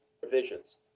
provisions